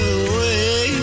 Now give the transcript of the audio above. away